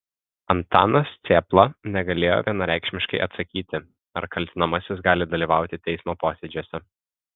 antanas cėpla negalėjo vienareikšmiškai atsakyti ar kaltinamasis gali dalyvauti teismo posėdžiuose